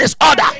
disorder